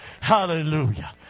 Hallelujah